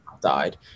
died